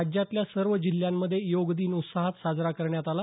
राज्यातल्या सर्व जिल्ह्यांमधे योगदिन उत्साहात साजरा करण्यात आला